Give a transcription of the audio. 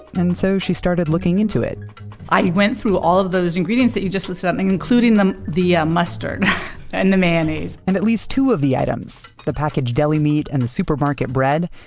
and so she started looking into it i went through all of those ingredients that you just listed out, including the ah mustard and the mayonnaise and at least two of the items, the packaged deli meat, and the supermarket bread,